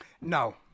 No